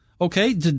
Okay